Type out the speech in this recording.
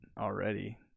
already